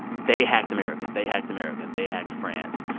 they hacked america. they hacked america. they hacked france.